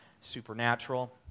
supernatural